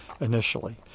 initially